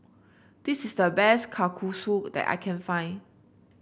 this is the best Kalguksu that I can find